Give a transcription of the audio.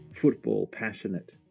football-passionate